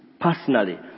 personally